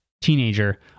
teenager